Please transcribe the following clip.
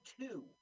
two